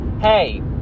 Hey